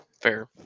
fair